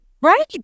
right